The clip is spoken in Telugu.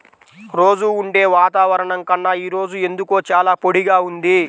రోజూ ఉండే వాతావరణం కన్నా ఈ రోజు ఎందుకో చాలా పొడిగా ఉంది